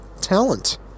talent